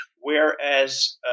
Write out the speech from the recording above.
whereas